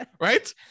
right